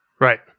right